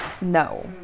no